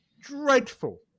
dreadful